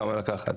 כמה לקחת.